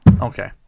Okay